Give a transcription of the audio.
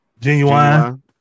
Genuine